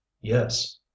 yes